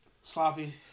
Sloppy